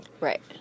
Right